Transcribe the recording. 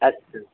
अस्तु